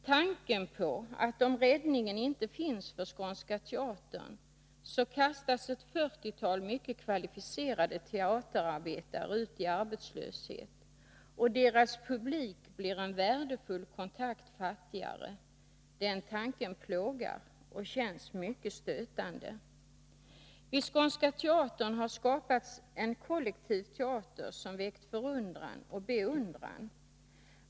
Tanken på att om räddningen inte finns för Skånska Teatern kastas ett fyrtiotal mycket kvalificerade teaterarbetare ut i arbetslöshet och dess publik blir en värdefull kontakt fattigare, den tanken plågar och känns mycket stötande. Vid Skånska Teatern har skapats en kollektiv teater som har väckt förundran och beundran.